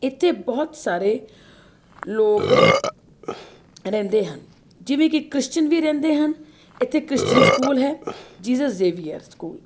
ਇੱਥੇ ਬਹੁਤ ਸਾਰੇ ਲੋਕ ਰਹਿੰਦੇ ਹਨ ਜਿਵੇਂ ਕਿ ਕ੍ਰਿਸਚਨ ਵੀ ਰਹਿੰਦੇ ਹਨ ਇੱਥੇ ਕ੍ਰਿਸਚਨ ਸਕੂਲ ਹੈ ਜੀਜਸ ਜੇਵੀਅਰ ਸਕੂਲ